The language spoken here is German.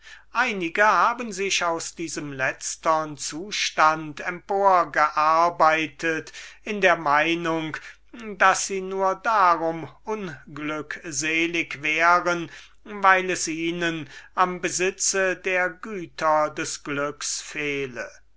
einige haben sich aus diesem letztern zustand emporgearbeitet in der meinung daß sie nur darum unglückselig sein weil es ihnen am besitz der güter des glücks fehle